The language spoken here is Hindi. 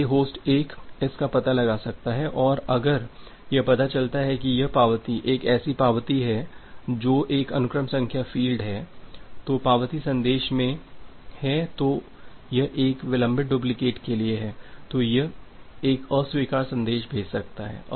इसलिए होस्ट 1 इसका पता लगा सकता है और अगर यह पता चलता है कि यह पावती एक ऐसी पावती है जो एक अनुक्रम संख्या फील्ड है जो पावती संदेश में है तो यह एक विलंबित डुप्लिकेट के लिए है तो यह एक अस्वीकार संदेश भेज सकता है